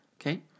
Okay